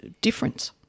difference